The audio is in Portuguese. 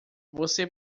você